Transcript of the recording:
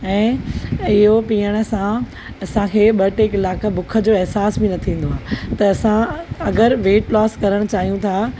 ऐं इहो पीअण सां असांखे ॿ टे कलाक भुख जो अहिसास बि न थींदो आहे त असां अगरि वेट लॉस करणु चाहियूं था